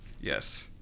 Yes